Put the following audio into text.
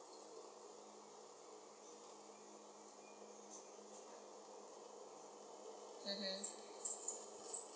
mmhmm